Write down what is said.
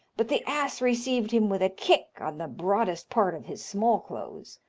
but the ass received him with a kick on the broadest part of his small clothes,